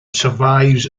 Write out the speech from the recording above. survives